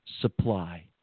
supply